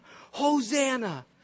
Hosanna